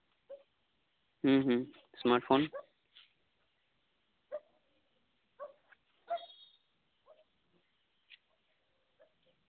ᱦᱩᱸ ᱦᱩᱸ smart phone